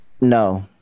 No